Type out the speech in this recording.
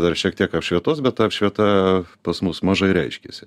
dar šiek tiek apšvietos bet ta apšvieta pas mus mažai reiškiasi